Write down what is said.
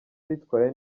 bitwaye